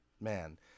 man